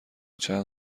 چند